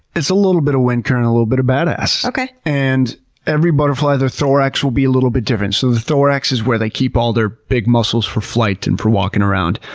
it's a little bit of wind current. a little bit of bad ass. and every butterfly, their thorax will be a little bit different. so the thorax is where they keep all their big muscles for flight and for walking around.